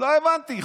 לא הבנתי.